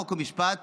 חוק ומשפט